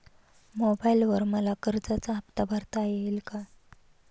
मोबाइलवर मला कर्जाचा हफ्ता भरता येईल का?